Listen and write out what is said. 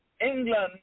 England